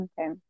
Okay